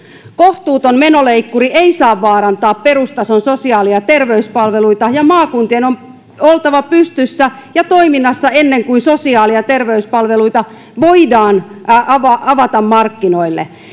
kohtuuton menoleikkuri ei saa vaarantaa perustason sosiaali ja terveyspalveluita ja maakuntien on oltava pystyssä ja toiminnassa ennen kuin sosiaali ja terveyspalveluita voidaan avata markkinoille